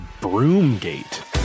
Broomgate